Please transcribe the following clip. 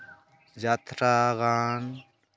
ᱡᱟᱛᱨᱟ ᱜᱟᱱ